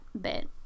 bit